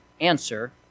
answer